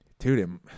Dude